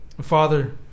Father